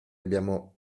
abbiamo